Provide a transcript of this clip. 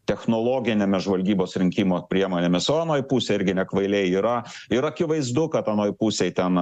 technologinėmis žvalgybos rinkimo priemonėmis o anoj pusėj irgi ne kvailiai yra ir akivaizdu kad anoj pusėj ten